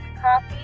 coffee